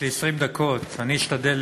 יש לי 20 דקות, אשתדל